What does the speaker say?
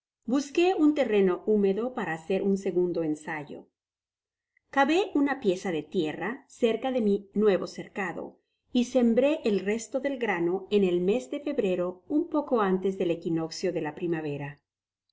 busqué un terreno húmedo para hacer un segundo ensayo cavé una pieza de tierra cerca de mi nuevo cercado y sembré el resto del grano en el mes de febrero un poco antes del equinoccio de la primavera